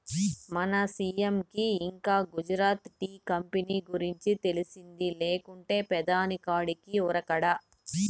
మన సీ.ఎం కి ఇంకా గుజరాత్ టీ కంపెనీ గురించి తెలిసింది లేకుంటే పెదాని కాడికి ఉరకడా